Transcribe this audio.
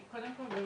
קודם כל אני